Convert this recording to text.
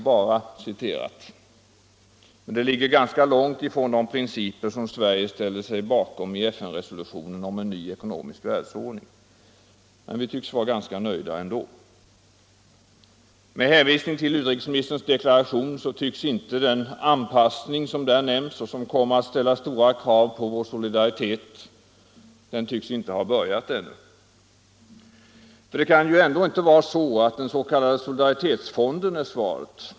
Det hela ligger dock ganska långt ifrån de principer som Sverige ställde sig bakom i FN-resolutionen om en ny ekonomisk världsordning. Men vi tycks vara ganska nöjda ändå. 4. Med hänvisning till utrikesministerns deklaration, så tycks inte den anpassning som där nämns och som kommer att ställa stora krav på vår solidaritet ha börjat än. För det kan ju ändå inte vara så att den s.k. solidaritetsfonden är svaret.